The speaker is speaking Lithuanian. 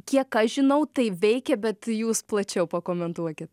kiek aš žinau tai veikia bet jūs plačiau pakomentuokit